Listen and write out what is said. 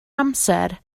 amser